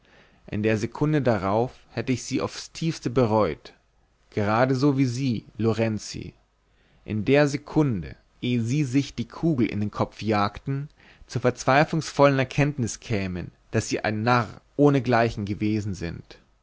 in der sekunde darauf hätte ich sie aufs tiefste bereut geradeso wie sie lorenzi in der sekunde eh sie sich die kugel in den kopf jagten zur verzweiflungsvollen erkenntnis kämen daß sie ein narr ohnegleichen gewesen sind